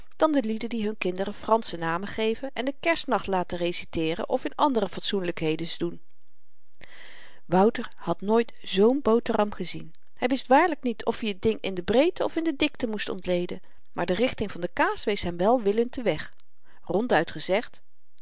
dan de lieden die hun kinderen fransche namen geven en de kersnacht laten reciteeren of in andere fatsoenlykhedens doen wouter had nooit zoo'n boteram gezien hy wist waarlyk niet of-i het ding in de breedte of in de dikte moest ontleden maar de richting van de kaas wees hem welwillend den weg ronduit gezegd